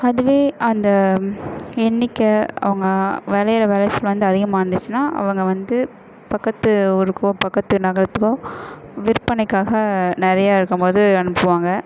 அதுவே அந்த எண்ணிக்கை அவங்க விளையிற விளைச்சல் வந்து அதிகமாக இருந்துச்சுன்னால் அவங்க வந்து பக்கத்து ஊருக்கோ பக்கத்து நகரத்துக்கோ விற்பனைக்காக நிறைய இருக்கும்போது அனுப்புவாங்க